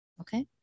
Okay